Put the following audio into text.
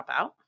dropout